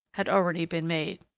had already been made.